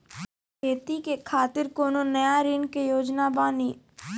खेती के खातिर कोनो नया ऋण के योजना बानी?